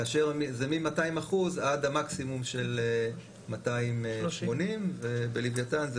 כאשר זה מ-200% עד המקסימום של 280%. בלווייתן זה